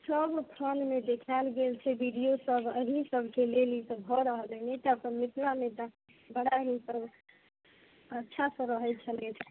सब स्थानमे देखायल गेल छै वीडियो सब एहि सबके लेल ई सब भऽ रहल यऽ नहि तऽ अपन मिथिलामे तऽ बड़ा ई सब अच्छा से रहै छलथि हँ